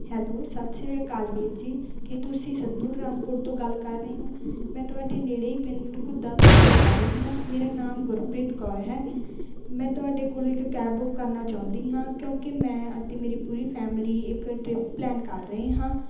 hello ਸਤਿ ਸ਼੍ਰੀ ਅਕਾਲ ਵੀਰ ਜੀ ਕੀ ਤੁਸੀਂ ਸਤਿਨੂਰ ਟਰਾਂਸਪੋਰਟ ਤੋਂ ਗੱਲ ਕਰ ਰਹੇ ਹੋ ਮੈਂ ਤੁਹਾਡੇ ਨੇੜੇ ਹੀ ਪਿੰਡ ਘੁੱਦਾ ਤੋਂ ਗੱਲ ਕਰ ਰਹੀ ਹਾਂ ਮੇਰਾ ਨਾਮ ਗੁਰਪ੍ਰੀਤ ਕੌਰ ਹੈ ਮੈਂ ਤੁਹਾਡੇ ਕੋਲੋਂ ਇੱਕ ਕੈਬ ਬੁੱਕ ਕਰਨਾ ਚਾਹੁੰਦੀ ਹਾਂ ਕਿਉਂਕਿ ਮੈਂ ਅਤੇ ਮੇਰੀ ਪੂਰੀ ਫੈਮਿਲੀ ਇੱਕ ਟ੍ਰਿਪ ਪਲੈਨ ਕਰ ਰਹੇ ਹਾਂ